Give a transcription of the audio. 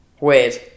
Weird